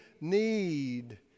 need